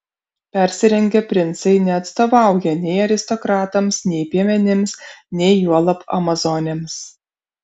persirengę princai neatstovauja nei aristokratams nei piemenims nei juolab amazonėms